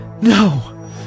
No